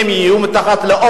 אחרת.